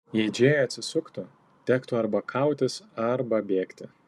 jei džėja atsisuktų tektų arba kautis arba bėgti